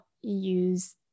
use